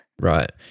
right